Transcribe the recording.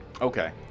Okay